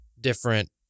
different